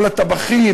כל הטבחים,